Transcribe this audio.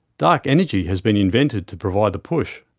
dark energy has been invented to provide the push.